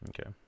Okay